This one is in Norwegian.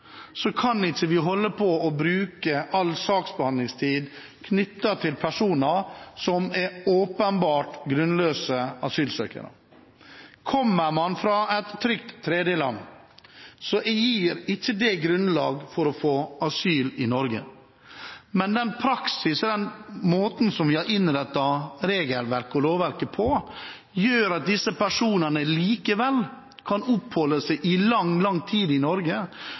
kan vi ikke bruke lang saksbehandlingstid på personer som er åpenbart grunnløse asylsøkere. Kommer man fra et trygt tredjeland, gir ikke det grunnlag for å få asyl i Norge, men den praksisen og den måten vi har innrettet regelverket og lovverket på, gjør at disse personene likevel kan oppholde seg i lang, lang tid i Norge